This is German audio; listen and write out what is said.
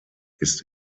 ist